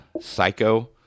Psycho